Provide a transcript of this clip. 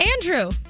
andrew